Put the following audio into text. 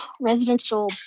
residential